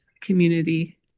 community